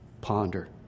ponder